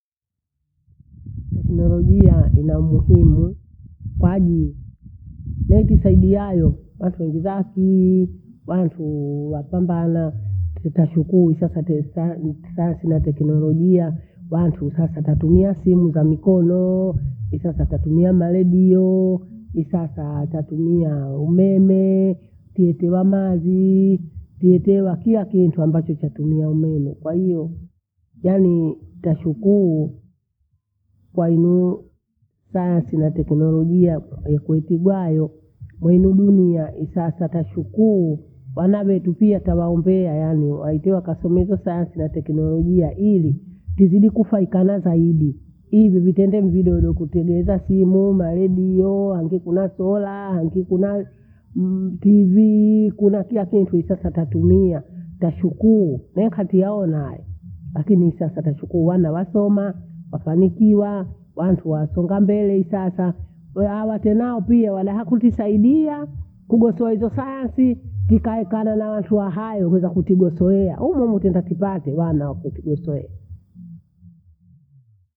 tekinolojia ina umuhimu kwaajili, netusaidiayo pata hizi zaasili watuu wapambana. tutashukuru sasa toesa nisayansi na tekinolojia, wantu sasa tatumia simu za mikonoo, kisha tatatumia maredioo, hisasa tatumia umeme, kuitiwa mathii, kuitewa, kila kitu ambacho chatumia umeme. Kwahiyo yaani tashukulu kwahilo sayansi na tekinolojia kukekei kubwayo. Mwahino dunia isasa tashukuyu wana vetu pia tawaombea yaani, waite wakasomee hizo sayansi na tekinolojia ili tuzidi kufaika nazaidi. Hivi vitende mjidole ukutgeza simu maredioo udo kutegeza simu, maledioo, angi kuna solaa, angii kuna m- tivii. Kuna pia tenki sasa tatumia tashukuu nikazi yao na hayo. Lakini sasa tachua wana wasoma wafanikiwa, wantu wasonga mbele hii sasa. Hehawa tenaopia wala hakuzisaidia kugwata hizo sayansi tikae kana na watu hai waweze kutija zoea humu humu taenda kipate wana wakotigo stori.